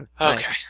Okay